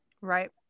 right